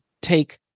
take